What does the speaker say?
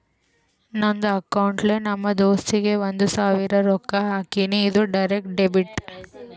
ನಂದ್ ಅಕೌಂಟ್ಲೆ ನಮ್ ದೋಸ್ತುಗ್ ಒಂದ್ ಸಾವಿರ ರೊಕ್ಕಾ ಹಾಕಿನಿ, ಇದು ಡೈರೆಕ್ಟ್ ಡೆಬಿಟ್